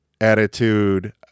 attitude